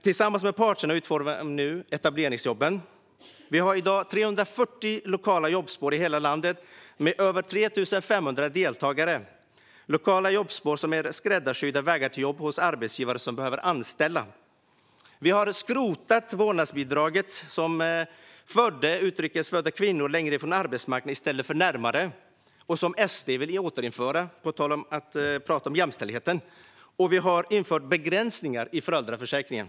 Tillsammans med parterna utformar vi nu etableringsjobb. Vi har i dag 340 lokala jobbspår i hela landet med över 3 500 deltagare. Lokala jobbspår är skräddarsydda vägar till jobb hos arbetsgivare som behöver anställa. Riksrevisionens rapport om deltagar-antal i nya arbets-marknadspolitiska insatser Vi har skrotat vårdnadsbidraget, som förde utrikesfödda kvinnor längre från arbetsmarknaden i stället för närmare - och som SD vill återinföra, på tal om jämställdhet. Vi har infört begränsningar i föräldraförsäkringen.